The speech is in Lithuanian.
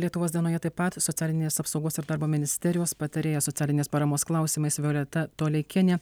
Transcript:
lietuvos dienoje taip pat socialinės apsaugos ir darbo ministerijos patarėja socialinės paramos klausimais violeta toleikienė